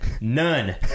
None